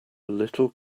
little